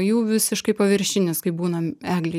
jų visiškai paviršinis kai būnam eglė